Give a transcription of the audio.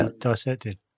dissected